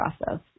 process